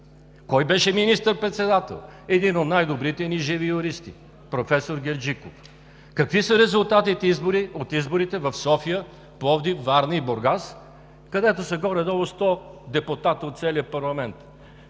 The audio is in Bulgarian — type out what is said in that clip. Кой беше министър-председател? Един от най-добрите ни живи юристи – професор Герджиков. Какви са резултатите от изборите в София, Пловдив, Варна и Бургас, където са горе-долу 100 депутати от целия парламент?